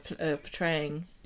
portraying